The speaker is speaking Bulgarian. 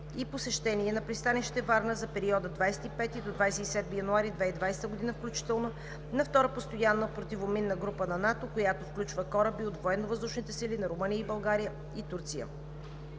и посещение на пристанище Варна за периода 25 до 27 януари 2020 г. включително на Втора постоянна противоминна група на НАТО, която включва кораби от Военновъздушните сили на Румъния, България и Турция.